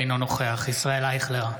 אינו נוכח ישראל אייכלר,